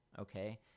okay